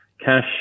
cash